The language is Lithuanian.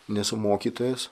nesu mokytojas